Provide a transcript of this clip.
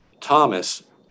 Thomas